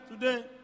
today